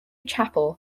chapel